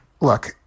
Look